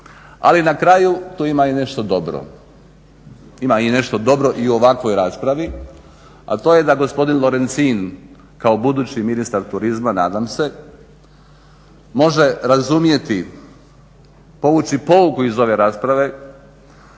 Ali na kraju tu ima i nešto dobro, ima i nešto dobro i u ovakvoj raspravi a to je da gospodin Lorencin kao budući ministar turizma, nadam se, može razumjeti, povući pouku iz ove rasprave